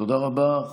תודה רבה.